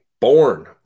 born